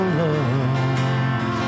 love